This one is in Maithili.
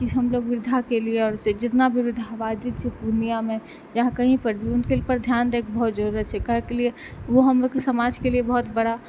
किछु हमलोग वृद्धाके लिए जेतना वृद्ध आबादी छै पुर्णियामे या कहीं पर भी उनके ऊपर ध्यान देब बहुत जरुरत छै काहे के लिए ओ हमलोगके समाजके लिए बहुत बड़ा